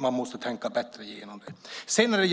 Man måste tänka igenom det bättre.